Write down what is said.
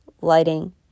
lighting